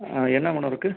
என்ன மேடம் இருக்குது